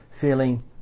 feeling